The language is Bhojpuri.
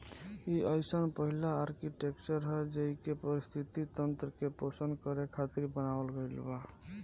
इ अइसन पहिला आर्कीटेक्चर ह जेइके पारिस्थिति तंत्र के पोषण करे खातिर बनावल गईल बा